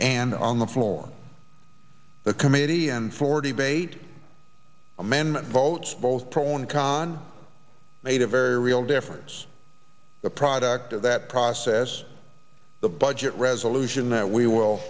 and on the floor the committee and forty bait amendment votes both pro and con made a very real difference the product of that process the budget resolution that we will